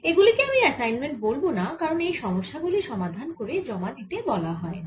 এগুলি কে আমি অ্যাসাইনমেন্ট বলব না কারণ এই সমস্যা গুলি সমাধান করে জমা দিতে বলা হয়নি